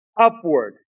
upward